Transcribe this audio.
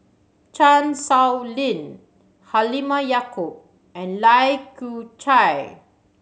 Chan Sow Lin Halimah Yacob and Lai Kew Chai